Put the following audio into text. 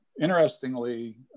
interestingly